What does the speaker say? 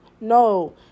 No